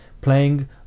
playing